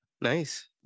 Nice